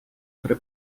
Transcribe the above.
при